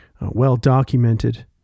well-documented